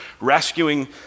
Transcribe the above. rescuing